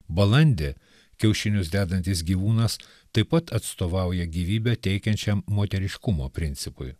balandį kiaušinius dedantis gyvūnas taip pat atstovauja gyvybę teikiančiam moteriškumo principui